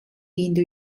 indo